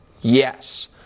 Yes